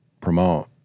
promote